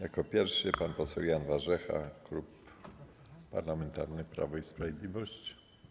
Jako pierwszy pan poseł Jan Warzecha, Klub Parlamentarny Prawo i Sprawiedliwość.